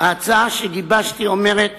ההצעה שגיבשתי אומרת